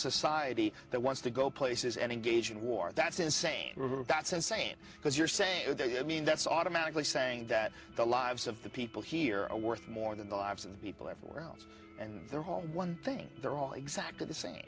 society that wants to go places and engage in war that's insane that's insane because you're saying they're yeah i mean that's automatically saying that the lives of the people here are worth more than the lives of the people everywhere else and their home one thing they're all exactly the same